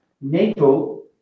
NATO